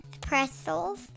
pretzels